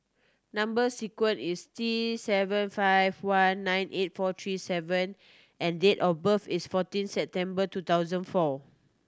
number sequence is T seven five one nine eight four three F and date of birth is fourteen September two thousand four